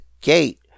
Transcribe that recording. gate